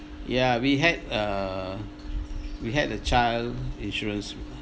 yeah we had a we had a child insurance